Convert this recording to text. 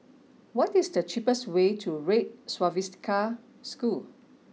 what is the cheapest way to Red Swastika School